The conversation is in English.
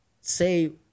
say